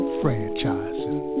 franchising